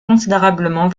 considérablement